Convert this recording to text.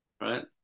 Right